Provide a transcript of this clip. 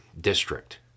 district